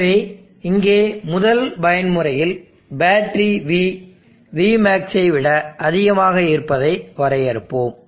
எனவே இங்கே முதல் பயன்முறையில் பேட்டரி V Vmax ஐ விட அதிகமாக இருப்பதை வரையறுப்போம்